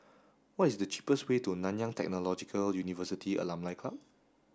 what is the cheapest way to Nanyang Technological University Alumni Club